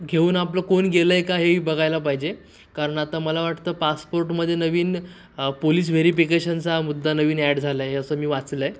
घेऊन आपलं कोण गेलं आहे का हेही बघायला पाहिजे कारण आता मला वाटतं पासपोर्टमध्ये नवीन पोलिस व्हेरिफिकेशनचा मुद्दा नवीन ॲड झाला आहे असं मी वाचलं आहे